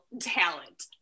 talent